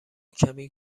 کمی